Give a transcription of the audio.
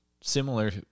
Similar